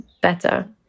better